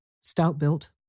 stout-built